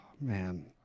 Man